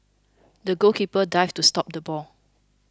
the goalkeeper dived to stop the ball